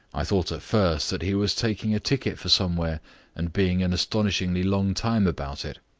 i thought at first that he was taking a ticket for somewhere and being an astonishingly long time about it.